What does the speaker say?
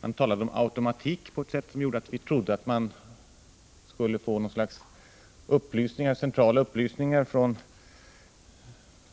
De talade om automatik, vilket gjorde att vi trodde att det skulle ges centrala upplysningar från